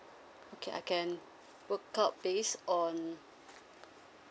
okay I can work out based on